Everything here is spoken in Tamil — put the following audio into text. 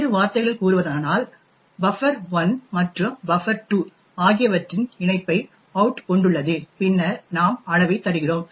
வேறு வார்த்தைகளில் கூறுவதானால் பஃபர்1 மற்றும் பஃபர்2 ஆகியவற்றின் இணைப்பை அவுட் கொண்டுள்ளது பின்னர் நாம் அளவைத் தருகிறோம்